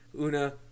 una